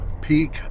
peak